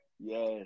Yes